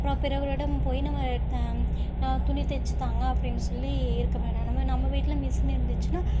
அப்பறம் பிறரிடம் போய் நம்ம நான் துணி தச்சு தாங்க அப்படின்னு சொல்லி இருக்க வேணாம் நம்ம வீட்டில் மிஷின் இருந்துச்சுன்னா